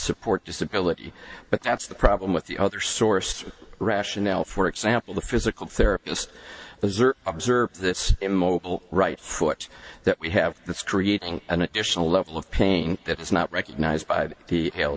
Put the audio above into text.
support disability but that's the problem with the other source rationale for example the physical therapist observed this immobile right foot that we have that's creating an additional level of pain that is not recognized by the